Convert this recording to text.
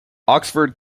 oxford